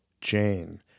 Jane